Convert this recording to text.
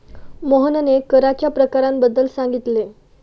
मोहनने कराच्या प्रकारांबद्दल सांगितले